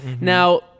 Now